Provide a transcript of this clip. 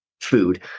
food